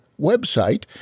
website